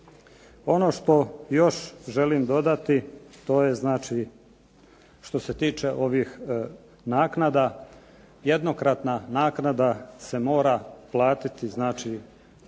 Ono što još želim dodati to je što se tiče ovih naknada. Jednokratna naknada se mora platiti prije